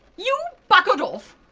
you buggered off?